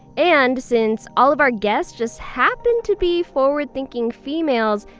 and since all of our guests just happen to be forward-thinking females,